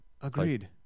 Agreed